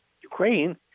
Ukraine